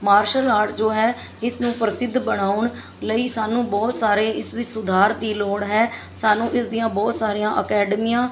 martial art ਜੋ ਹੈ ਇਸਨੂੰ ਪ੍ਰਸਿੱਧ ਬਣਾਉਣ ਲਈ ਸਾਨੂੰ ਬਹੁਤ ਸਾਰੇ ਇਸ ਵਿੱਚ ਸੁਧਾਰ ਦੀ ਲੋੜ ਹੈ ਸਾਨੂੰ ਇਸਦੀਆਂ ਬਹੁਤ ਸਾਰੀਆਂ ਅਕੈਡਮੀਆਂ